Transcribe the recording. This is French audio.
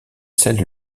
celles